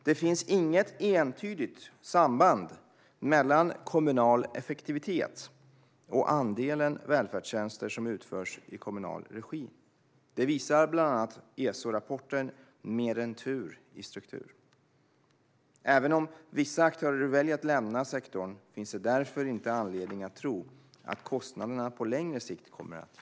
Det finns inget entydigt samband mellan kommunal effektivitet och andelen välfärdstjänster som utförs i kommunal regi. Det visar bland annat ESO-rapporten Mer än tur i struktur . Även om vissa aktörer väljer att lämna sektorn finns det därför inte anledning att tro att kostnaderna på längre sikt kommer att öka.